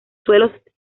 suelos